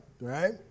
right